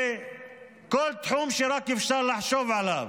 וכל תחום שרק אפשר לחשוב עליו.